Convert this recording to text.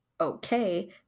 okay